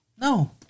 no